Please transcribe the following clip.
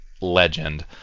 legend